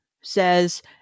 says